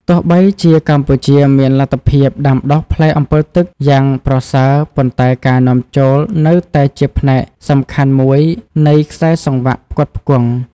ទោះបីជាកម្ពុជាមានលទ្ធភាពដាំដុះផ្លែអម្ពិលទឹកយ៉ាងប្រសើរ ប៉ុន្តែការនាំចូលនៅតែជាផ្នែកសំខាន់មួយនៃខ្សែសង្វាក់ផ្គត់ផ្គង់។